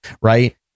right